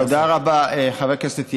תודה רבה, חבר הכנסת ילין.